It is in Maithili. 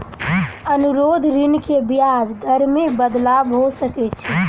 अनुरोध ऋण के ब्याज दर मे बदलाव भ सकै छै